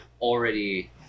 already